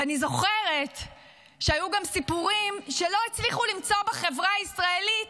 ואני זוכרת שהיו גם סיפורים שלא הצליחו למצוא בחברה הישראלית